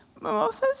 mimosas